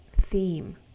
theme